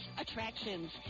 attractions